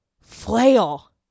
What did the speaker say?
flail